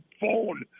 phone